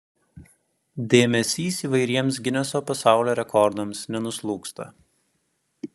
dėmesys įvairiems gineso pasaulio rekordams nenuslūgsta